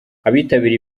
abitabiriye